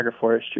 agroforestry